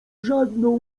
żadną